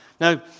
Now